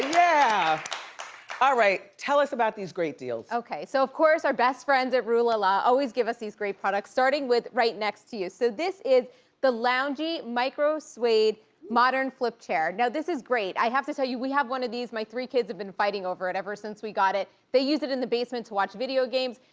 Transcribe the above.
yeah. all ah right, tell us about these great deals. okay, so of course our best friends at rue la la always give us these great products starting with right next to you. so this is the loungie micro-suede, modern flipped chair. now this is great. i have to tell you, we have one of these. my three kids have been fighting over it ever since we got it. they use it in the basement to watch video games,